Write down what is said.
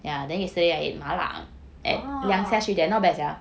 oh